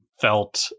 felt